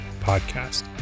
podcast